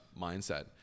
mindset